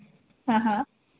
हँ हँ